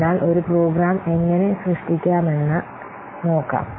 അതിനാൽ ഒരു പ്രോഗ്രാം എങ്ങനെ സൃഷ്ടിക്കാമെന്ന് നോക്കാം